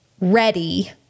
ready